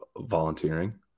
volunteering